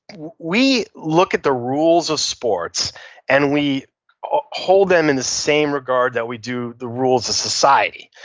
we look at the rules of sports and we ah hold them in the same regard that we do the rules of society.